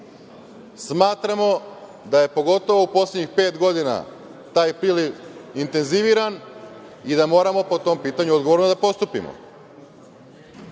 nema. Smatramo da je pogotovo u poslednjih pet godina taj priliv intenziviran i da moramo po tom pitanju odgovorno da postupimo.